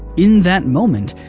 in that moment,